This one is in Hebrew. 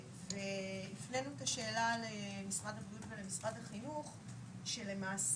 הפנינו את השאלה למשרד הבריאות ולמשרד החינוך שלמעשה